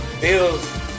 Bills